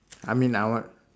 I mean I want